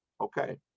Okay